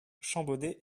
champbaudet